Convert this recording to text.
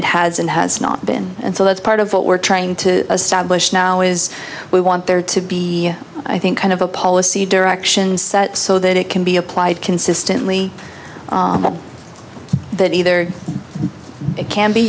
it has and has not been and so that's part of what we're trying to establish now is we want there to be i think kind of a policy direction set so that it can be applied consistently that either it can be